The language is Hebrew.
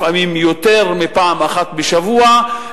לפעמים יותר מפעם אחת בשבוע,